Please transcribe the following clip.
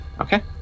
Okay